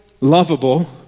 lovable